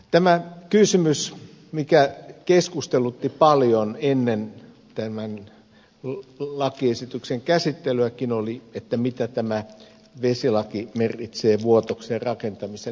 se kysymys mikä keskustelutti paljon ennen tämän lakiesityksen käsittelyäkin oli se että mitä tämä vesilaki merkitsee vuotoksen rakentamisen näkökulmasta